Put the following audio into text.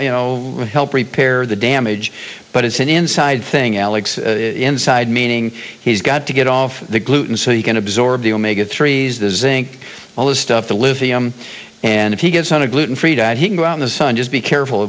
you know help repair the damage but it's an inside thing alex inside meaning he's got to get off the gluten so you can absorb the omega three s the zinc all the stuff the lithium and if he gets on a gluten free diet he can go out in the sun just be careful